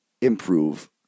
improve